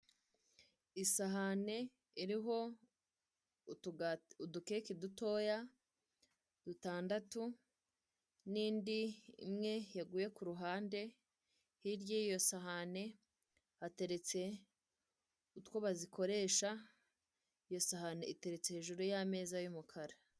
Isahani iriho udukeke dutoya dutandatu n'indi imwe yaguye ku ruhande, hirya y'iyo sahani hateretse utwo bazikoresha, iyo sahani iteretse hejuru y'ameza y'umukara.